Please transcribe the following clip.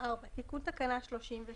תיקון תקנה 36